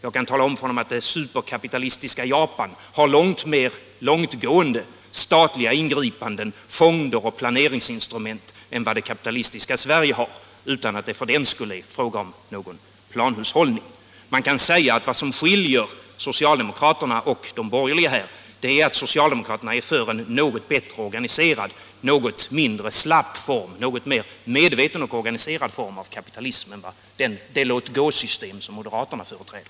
Jag kan tala om att det superkapitalistiska Japan har mycket mer långtgående statliga ingripanden i fonder och planeringsinstrument än vad det kapitalistiska Sverige har, utan att det för den skull är fråga om någon planhushållning i Japan. Man kan säga att vad som skiljer socialdemokraterna och de borgerliga åt är att socialdemokraterna är för en något bättre, något mer medveten, organiserad och något mindre slapp form av kapitalism än det låtgåsystem som moderaterna företräder.